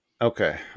Okay